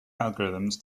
algorithms